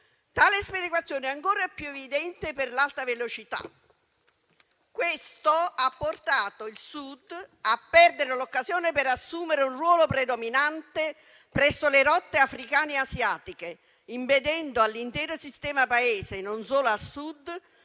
Tale sperequazione è ancora più evidente per l'Alta velocità. Questo ha portato il Sud a perdere l'occasione per assumere un ruolo predominante presso le rotte africane e asiatiche, impedendo all'intero sistema Paese e non solo al Sud